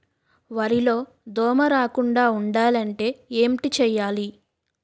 వరిలో దోమ రాకుండ ఉండాలంటే ఏంటి చేయాలి?